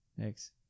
Thanks